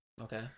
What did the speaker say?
Okay